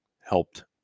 helped